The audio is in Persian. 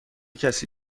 کسی